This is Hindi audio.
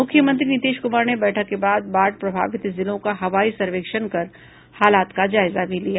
मुख्यमंत्री नीतीश कुमार ने बैठक के बाद बाढ़ प्रभावित जिलों का हवाई सर्वेक्षण कर हालात का जायजा भी लिया